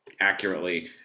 accurately